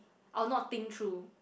I'll not think through